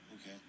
Okay